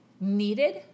needed